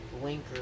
blinker